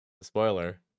Spoiler